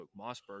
Mossberg